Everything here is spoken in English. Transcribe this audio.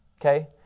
Okay